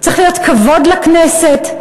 צריך להיות כבוד לכנסת.